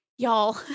Y'all